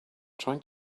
trying